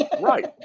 right